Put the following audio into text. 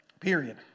period